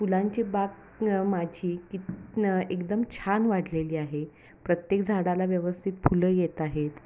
फुलांची बाग माझी कित एकदम छान वाढलेली आहे प्रत्येक झाडाला व्यवस्थित फुलं येत आहेत